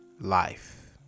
life